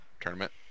tournament